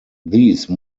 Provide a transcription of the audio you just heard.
these